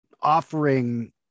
offering